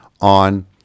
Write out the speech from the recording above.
on